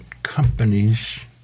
Companies